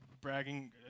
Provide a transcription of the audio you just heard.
bragging